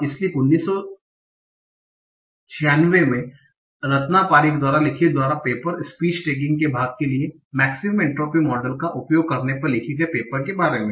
इसलिए 1996 में रत्नापारखी द्वारा लिखित द्वारा पेपर स्पीच टैगिंग के भाग के लिए मेक्सिमम एन्ट्रापी मॉडल का उपयोग करने पर लिखे गए पेपर के बारे है